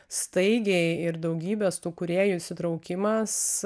staigiai ir daugybės tų kūrėjų įsitraukimas